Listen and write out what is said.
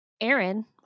Aaron